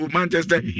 Manchester